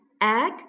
egg